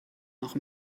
noch